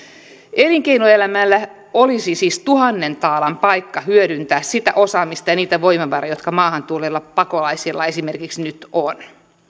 elinkeinoelämällä olisi siis tuhannen taalan paikka hyödyntää sitä osaamista ja niitä voimavaroja jotka maahan tulleilla pakolaisilla esimerkiksi nyt on